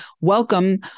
welcome